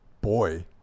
boy